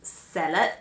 salad